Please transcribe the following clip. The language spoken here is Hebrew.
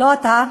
לא אתה,